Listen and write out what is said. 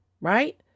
Right